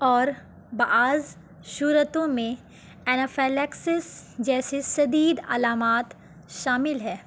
اور بعض صورتوں میں اینفیلیکسس جیسے شدید علامات شامل ہے